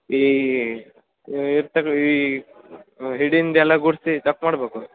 ಈ ಇರ್ತವೆ ಈ ಹಿಡಿಯಿಂದ ಎಲ್ಲ ಗುಡಿಸಿ ಮಾಡಬೇಕು